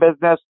business